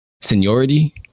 seniority